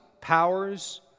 powers